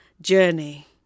journey